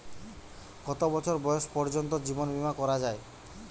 কত বছর বয়স পর্জন্ত জীবন বিমা করা য়ায়?